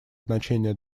значение